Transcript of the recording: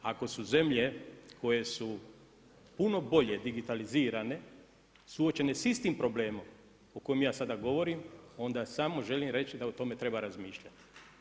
Ako su zemlje koje su puno bolje digitalizirane suočene sa istim problemom o kojem ja sada govorim onda samo želim reći da o tome treba razmišljati.